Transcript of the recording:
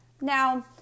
Now